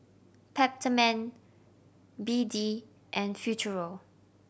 Peptamen B D and Futuro